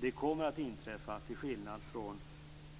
Det kommer att inträffa, till skillnad från